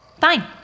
Fine